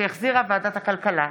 שהחזירה ועדת הכלכלה.